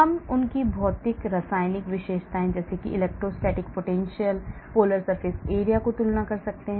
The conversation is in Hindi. हम उनकी भौतिक रासायनिक विशेषताओं जैसे electrostatic potential polar surface area तुलना कर सकते हैं